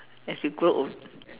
as you grow older